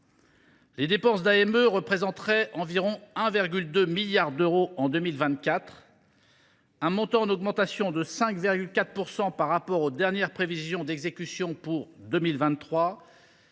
Ses dépenses représenteraient environ 1,2 milliard d’euros en 2024, un montant en augmentation de 5,4 % par rapport aux dernières prévisions d’exécution pour 2023,